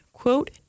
Quote